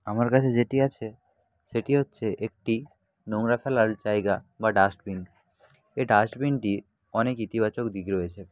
আমার কাছে যেটি আছে সেটি হচ্ছে একটি নোংরা ফেলার জায়গা বা ডাস্টবিন এই ডাস্টবিনটি অনেক ইতিবাচক দিক রয়েছে